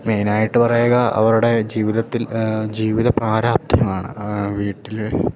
മെയിനായിട്ട് പറയുക അവരുടെ ജീവിതത്തിൽ ജീവിത പ്രാരാബ്ധമാണ് വീട്ടിലെ